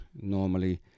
normally